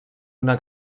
una